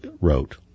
wrote